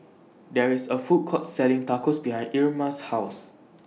There IS A Food Court Selling Tacos behind Irma's houses